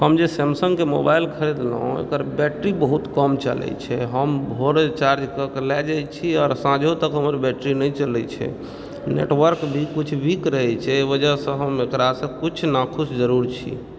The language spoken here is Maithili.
हम जे सैमसंगकऽ मोबाइल खरीदलहुँ एकर बैटरी बहुत कम चलैत छै हम भोरे चार्ज कएके लऽ जाय छी आओर साँझो तक हमर बैटरी नहि चलैत छै नेटवर्क भी कुछ वीक रहैत छे एहि वजहसँ हम एकरासँ किछु नाखुश जरूर छी